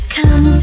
Come